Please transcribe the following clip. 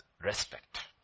respect